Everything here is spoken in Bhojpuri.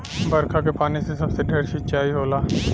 बरखा के पानी से सबसे ढेर सिंचाई होला